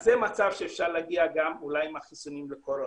זה מצב שאפשר להגיע אליו אולי גם עם החיסונים לקורונה.